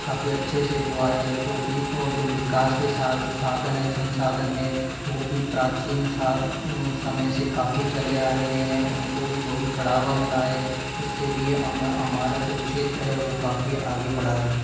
काफ़ी अच्छे से हुआ है जो भी और जो विकास के साधन है संसाधन है वो भी प्राचीन समय से काफ़ी चले आ रहे हैं उनको भी बहुत बढ़ावा मिला है इससे भी हमारा जो क्षेत्र है वो काफ़ी आगे बढ़ा है